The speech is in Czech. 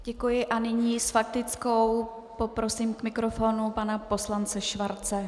Děkuji a nyní s faktickou poprosím k mikrofonu pana poslance Schwarze.